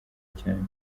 cyane